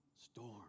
storm